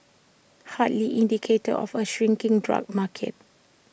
hardly indicators of A shrinking drug market